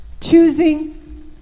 choosing